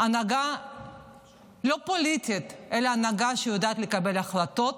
לא פוליטית, אלא הנהגה שיודעת לקבל החלטות,